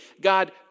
God